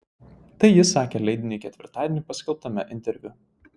tai jis sakė leidiniui ketvirtadienį paskelbtame interviu